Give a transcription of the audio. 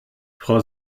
frau